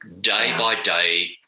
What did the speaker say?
Day-by-day